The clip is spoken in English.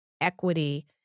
equity